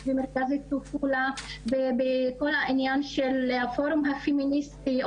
במרכז שיתוף פעולה בכל העניין של הפורום הפמיניסטי,